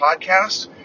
podcast